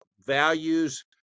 values